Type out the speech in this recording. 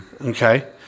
Okay